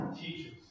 teachers